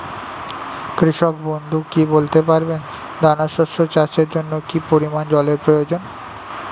কৃষক বন্ধু কি বলতে পারবেন দানা শস্য চাষের জন্য কি পরিমান জলের প্রয়োজন?